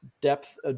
depth